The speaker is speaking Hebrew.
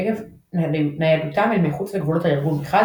עקב ניידותם אל מחוץ לגבולות הארגון מחד,